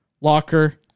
locker